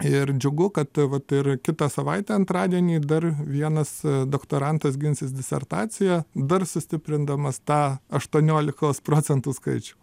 ir džiugu kad vat ir kitą savaitę antradienį dar vienas doktorantas ginsis disertaciją dar sustiprindamas tą aštuoniolikos procentų skaičių